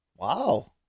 wow